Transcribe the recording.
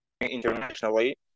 internationally